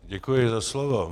Děkuji za slovo.